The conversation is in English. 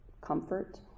Comfort